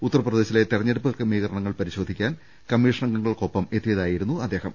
ഉത്തർപ്ര ദേശിലെ തെരഞ്ഞെടുപ്പ് ക്രമീകരണങ്ങൾ പരിശോധിക്കാൻ കമ്മീഷൻ അംഗ ങ്ങൾക്കൊപ്പം എത്തിയതായിരുന്നു അദ്ദേഹം